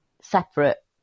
separate